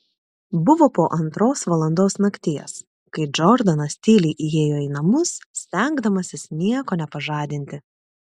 buvo po antros valandos nakties kai džordanas tyliai įėjo į namus stengdamasis nieko nepažadinti